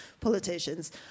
politicians